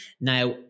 Now